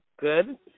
good